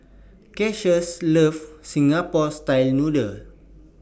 Cassius loves Singapore Style Noodles